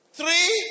three